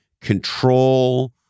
control